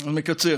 אז אני מקצר.